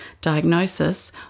diagnosis